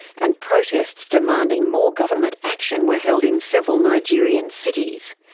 and protests demanding more government action were held in several nigerian cities.